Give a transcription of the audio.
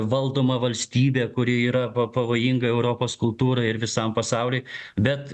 valdomą valstybę kuri yra pa pavojinga europos kultūrai ir visam pasauliui bet